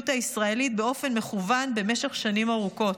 הישראלית באופן מכוון במשך שנים ארוכות.